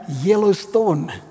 Yellowstone